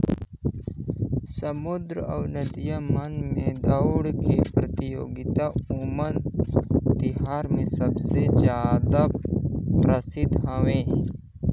समुद्दर अउ नदिया मन में दउड़ के परतियोगिता ओनम तिहार मे सबले जादा परसिद्ध हवे